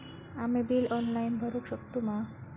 आम्ही bill online भरुक शकतू मा?